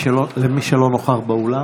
לטובת מי שלא נכח באולם.